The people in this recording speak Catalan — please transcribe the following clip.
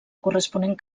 corresponent